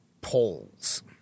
polls